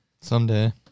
someday